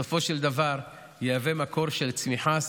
בסופו של דבר יהווה מקור של צמיחה,